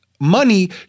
Money